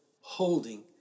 holding